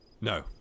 No